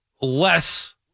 less